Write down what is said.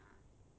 ya